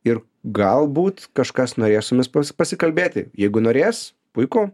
ir galbūt kažkas norės su mumis pasikalbėti jeigu norės puiku